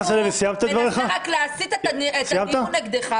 הוא מנסה רק להסית את הדיון נגדך,